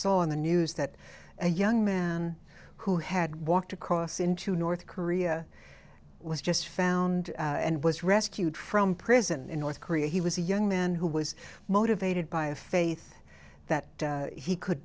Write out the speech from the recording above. saw on the news that a young man who had walked across into north korea was just found and was rescued from prison in north korea he was a young man who was motivated by a faith that he could